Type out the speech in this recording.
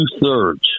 two-thirds